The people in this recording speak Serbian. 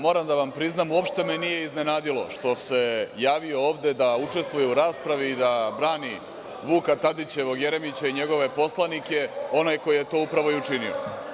Moram da vam priznam, uopšte me nije iznenadilo što se javio ovde da učestvuje u raspravi i da brani Vuka Tadićevog Jeremića i njegove poslanike onaj koji je to upravo i učinio.